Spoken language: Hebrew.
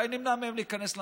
אולי נמנע מהם להיכנס למדינה?